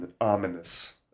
ominous